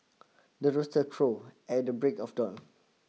the rooster crows at the break of dawn